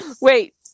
Wait